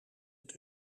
het